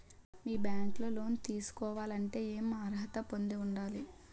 మీ bank లో loan తీసుకోవాలంటే ఎం అర్హత పొంది ఉండాలి?